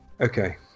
Okay